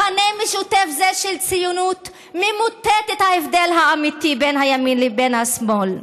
מכנה משותף זה של ציונות ממוטט את ההבדל האמיתי בין הימין לבין השמאל,